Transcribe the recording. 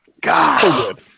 god